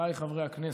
חבריי חברי הכנסת,